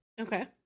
Okay